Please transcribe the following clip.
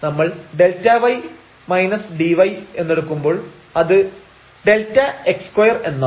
നമ്മൾ Δy dy എന്നെടുക്കുമ്പോൾ അത് Δx2 എന്നാവും